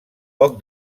poc